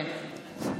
כן,